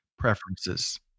preferences